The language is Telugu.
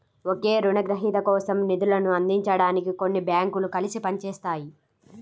ఒకే రుణగ్రహీత కోసం నిధులను అందించడానికి కొన్ని బ్యాంకులు కలిసి పని చేస్తాయి